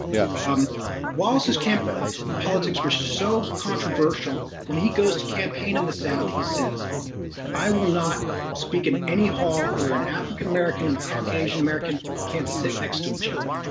yeah, um wallace's camp politics were so controversial when he goes to campaign in the south he says i will not speak in any hall where an african-american and a caucasian-american can't sit next to each other.